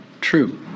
true